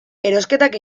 erosketak